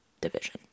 division